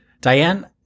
Diane